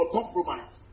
compromise